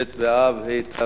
ב' באב התשע"א,